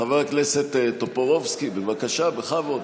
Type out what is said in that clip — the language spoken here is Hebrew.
חבר הכנסת טופורובסקי, בבקשה, בכבוד.